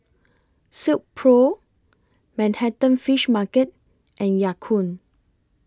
Silkpro Manhattan Fish Market and Ya Kun